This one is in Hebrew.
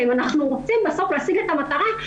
אם אנחנו רוצים בסוף להשיג את המטרה,